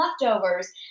leftovers